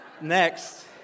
Next